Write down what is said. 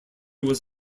was